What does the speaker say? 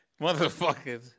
Motherfuckers